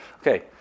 Okay